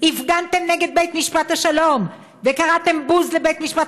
הפגנתם נגד בית-משפט השלום וקראתם "בוז" לבית-משפט